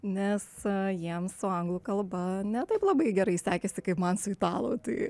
nes jiems su anglų kalba ne taip labai gerai sekėsi kaip man su italų tai